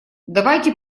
давайте